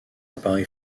appareil